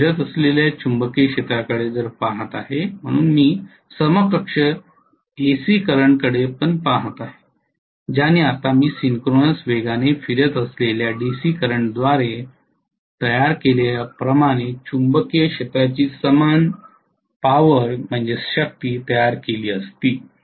मी फिरत असलेल्या चुंबकीय क्षेत्राकडे पहात आहे म्हणून मी समकक्ष एसी करंटकडे पहात आहे ज्याने आता मी सिंक्रोनस वेगाने फिरत असलेल्या डीसी करंटद्वारे तयार केल्याप्रमाणे चुंबकीय क्षेत्राची समान शक्ती तयार केली असती